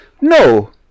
No